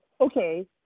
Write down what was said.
okay